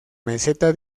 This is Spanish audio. meseta